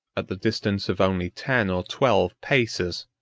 at the distance of only ten or twelve paces.